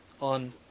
on